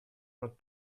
not